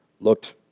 looked